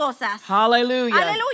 Hallelujah